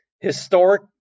Historic